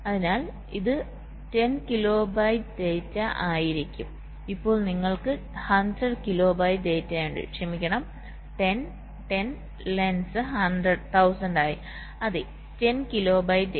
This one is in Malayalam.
അതിനാൽ ഇത് 10 കിലോബൈറ്റ് ഡാറ്റ ആയിരിക്കും അപ്പോൾ നിങ്ങൾക്ക് 100 കിലോബൈറ്റ് ഡാറ്റയുണ്ട് ക്ഷമിക്കണം 10 10 ലൈൻസ് 1000 ആയി അതെ 10 കിലോബൈറ്റ് ഡാറ്റ